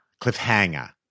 Cliffhanger